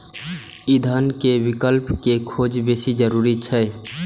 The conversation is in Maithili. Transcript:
ईंधन के विकल्प के खोज बेसी जरूरी छै